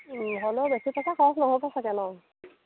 হ'লেও বেছি পইচা খৰচ নহ'ব চাগে নহ্